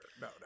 no